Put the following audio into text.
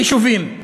יישובים,